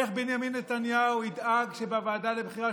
איך בנימין נתניהו ידאג שבוועדה לבחירת